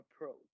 approach